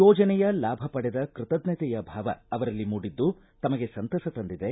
ಯೋಜನೆಯ ಲಾಭ ಪಡೆದ ಕೃತಜ್ಞತೆಯ ಭಾವ ಅವರಲ್ಲಿ ಮೂಡಿದ್ದು ತಮಗೆ ಸಂತಸ ತಂದಿದೆ